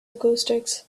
acoustics